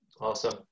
Awesome